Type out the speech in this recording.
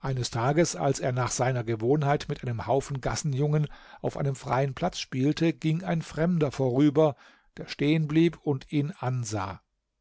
eines tages als er nach seiner gewohnheit mit einem haufen gassenjungen auf einem freien platz spielte ging ein fremder vorüber der stehenblieb und ihn ansah